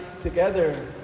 together